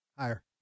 Higher